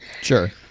sure